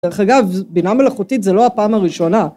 דרך אגב, בינה מלאכותית זה לא הפעם הראשונה.